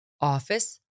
office